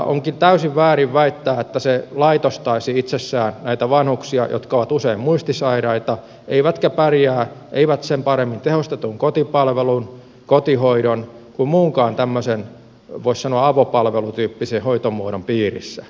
onkin täysin väärin väittää että se laitostaisi itsessään näitä vanhuksia jotka ovat usein muistisairaita eivätkä pärjää sen paremmin tehostetun kotipalvelun kotihoidon kuin muunkaan tämmöisen voisi sanoa avopalvelutyyppisen hoitomuodon piirissä